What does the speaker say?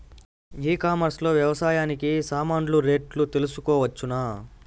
ఈ కామర్స్ లో వ్యవసాయానికి సామాన్లు రేట్లు తెలుసుకోవచ్చునా?